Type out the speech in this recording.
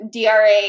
DRA